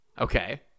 okay